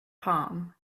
palm